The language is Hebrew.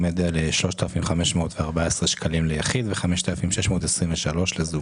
עומד על 3,514 שקלים ליחיד ו-5,623 לזוג.